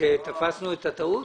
משום שתפסנו את הטעות?